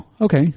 okay